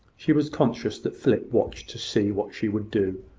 she was conscious that philip watched to see what she would do,